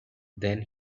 then